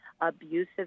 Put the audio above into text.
abusive